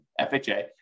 FHA